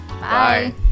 Bye